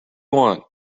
want